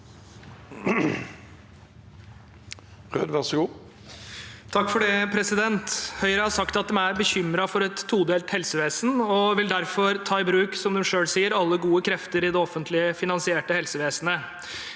det. Even A. Røed (A) Høyre har sagt at de er bekymret for et todelt helsevesen, og vil derfor ta i bruk – som de selv sier – alle gode krefter i det offentlig finansierte helsevesenet.